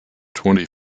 twenty